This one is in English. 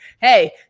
hey